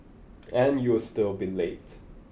and you will still be late